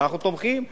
ואנחנו תומכים.